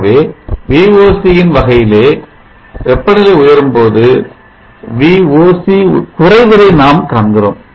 ஆகவே Voc யின் வகையிலே வெப்பநிலை உயரும் பொழுது Voc குறைவதை நாம் காண்கிறோம்